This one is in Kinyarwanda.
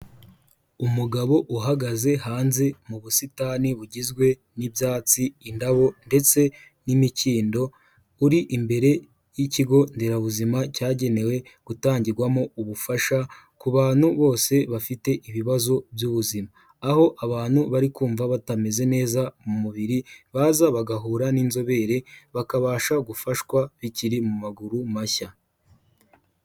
Umugabo uhagaze hanze mu busitani bugizwe n'ibyatsi, indabo ndetse n'imikindo uri imbere y'ikigonderabuzima cyagenewe gutangirwamo ubufasha ku bantu bose bafite ibibazo by'ubuzima, aho abantu bari kumva batameze neza mu mubiri baza bagahura n'inzobere bakabasha gufashwa bikiri mu maguru mashya.